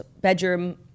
bedroom